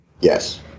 Yes